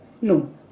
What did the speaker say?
No